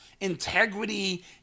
integrity